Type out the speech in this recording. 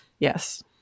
Yes